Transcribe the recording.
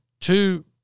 two